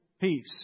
peace